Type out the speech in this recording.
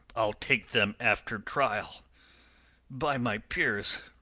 i'll take them after trial by my peers,